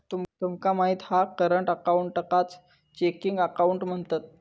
तुमका माहित हा करंट अकाऊंटकाच चेकिंग अकाउंट म्हणतत